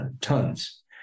tons